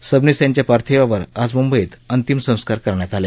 सबनीस यांच्या पार्थिवावर आज मुंबईत अंतिम संस्कार करण्यात आले